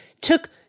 took